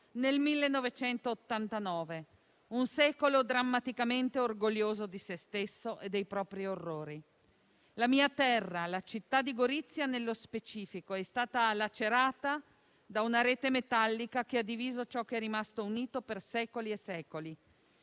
nel 1989, un secolo drammaticamente orgoglioso di se stesso e dei propri orrori. La mia terra, la città di Gorizia nello specifico, è stata lacerata da una rete metallica che ha diviso ciò che è rimasto unito per secoli e secoli.